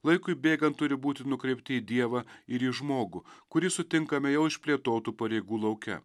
laikui bėgant turi būti nukreipti į dievą ir į žmogų kurį sutinkame jau išplėtotų pareigų lauke